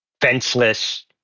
fenceless